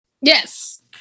Yes